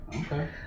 okay